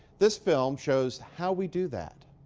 this film shows how we do that.